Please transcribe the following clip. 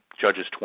Judge's